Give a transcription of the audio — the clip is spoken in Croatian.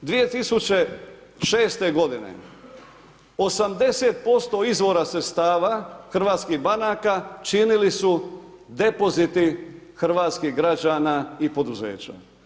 2006. godine 80% izvora sredstava hrvatskih banaka činili su depoziti hrvatskih građana i poduzeća.